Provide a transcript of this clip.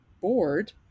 bored